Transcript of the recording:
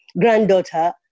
granddaughter